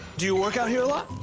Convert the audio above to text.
do you work out here a lot?